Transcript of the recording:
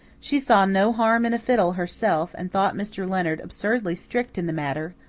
she saw no harm in a fiddle, herself, and thought mr. leonard absurdly strict in the matter,